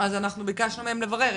אז ביקשנו מהם לברר.